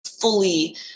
fully